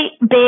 big